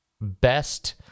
best